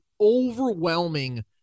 overwhelming